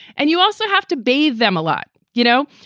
and you also have to be them a lot, you know,